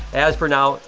as for now,